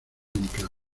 inclán